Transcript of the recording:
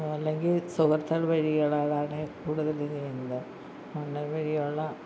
അല്ലെങ്കിൽ സുഹൃത്തുക്കൾ വഴികളാണ് കൂടുതൽ ഇത് ചെയ്യുന്നത് ഓൺലൈൻ വഴിയുള്ള